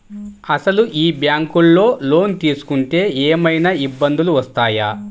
అసలు ఈ బ్యాంక్లో లోన్ తీసుకుంటే ఏమయినా ఇబ్బందులు వస్తాయా?